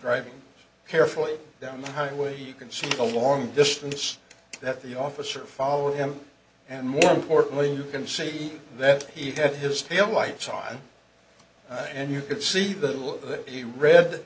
driving carefully down the highway you can see the long distance that the officer followed him and more importantly you can see that he had his tail lights on and you could see the